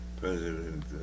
President